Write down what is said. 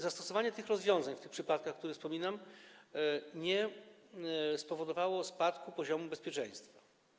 Zastosowanie tych rozwiązań w przypadkach, o których wspominam, nie spowodowało spadku poziomu bezpieczeństwa.